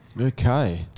Okay